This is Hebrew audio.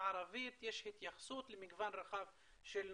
הערבית יש התייחסות למגוון רחב של נושאים,